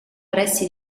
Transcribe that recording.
pressi